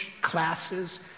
classes